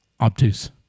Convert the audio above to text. obtuse